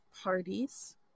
parties